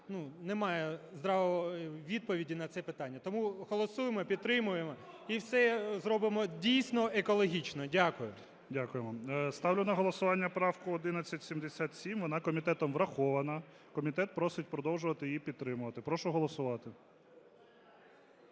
немає відповіді на це питання. Тому голосуємо і підтримуємо, і все зробимо дійсно екологічно. Дякую. ГОЛОВУЮЧИЙ. Дякую. Ставлю на голосування правку 1177. Вона комітетом врахована. Комітет просить продовжувати її підтримувати. Прошу голосувати.